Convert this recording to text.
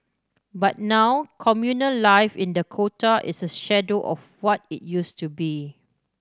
but now communal life in Dakota is a shadow of what it used to be